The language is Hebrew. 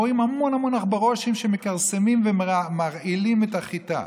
רואים המון המון עכברושים שמכרסמים ומרעילים את החיטה.